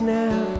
now